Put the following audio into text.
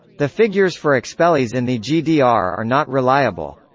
the figures for expellees in the gdr are not reliable.